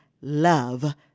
Love